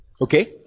Okay